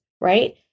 right